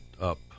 up